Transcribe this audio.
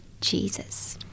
Jesus